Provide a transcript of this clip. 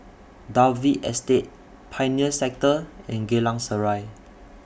Dalvey Estate Pioneer Sector and Geylang Serai